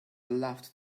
loved